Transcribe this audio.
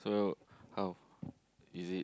so how is it